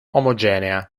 omogenea